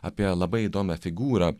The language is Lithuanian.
apie labai įdomią figūrą